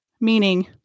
meaning